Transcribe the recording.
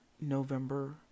november